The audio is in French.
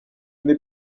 n’est